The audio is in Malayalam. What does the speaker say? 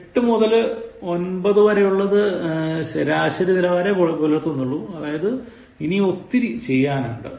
8 മുതൽ 9 വരെയുള്ളത് ശരാശരി നിലവാമേ പുലർത്തുന്നുള്ളൂ അതായത് ഇനിയും ഒത്തിരി ചെയ്യാനുണ്ട്